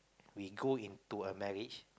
we go into a marriage